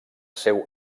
seu